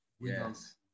Yes